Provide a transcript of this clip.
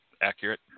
accurate